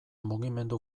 mugimendu